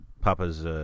Papa's